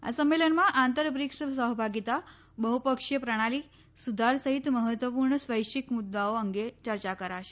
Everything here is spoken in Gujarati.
આ સંમેલનમાં આંતર બ્રિક્સ સહભાગીતા બહ્પક્ષીય પ્રણાલી સુધાર સહિત મહત્વપૂર્ણ વૈશ્વિક મુદ્દાઓ અંગે ચર્ચા કરાશે